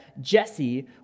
Jesse